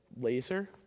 laser